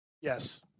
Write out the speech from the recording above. Yes